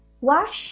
wash